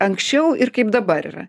anksčiau ir kaip dabar yra